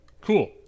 cool